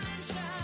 sunshine